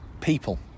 People